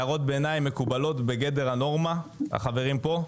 הערות ביניים מקובלות בגדר הנורמה לחברים פה,